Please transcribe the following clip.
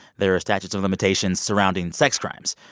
there are statutes of limitations surrounding sex crimes.